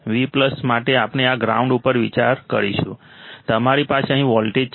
V માટે આપણે આ ગ્રાઉન્ડ ઉપર વિચાર કરીશું તમારી પાસે અહીં વોલ્ટેજ છે